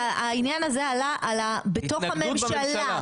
העניין הזה עלה בתוך הממשלה,